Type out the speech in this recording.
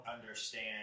understand